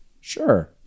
Sure